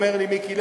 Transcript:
אומר לי מיקי לוי,